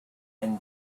and